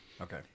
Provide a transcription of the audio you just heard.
Okay